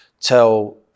tell